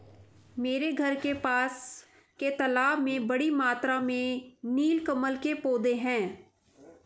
मेरे घर के पास के तालाब में बड़ी मात्रा में नील कमल के पौधें हैं